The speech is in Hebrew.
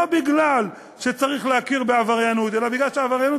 לא בגלל שצריך להכיר בעבריינות אלא בגלל שהעבריינות